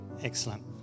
Excellent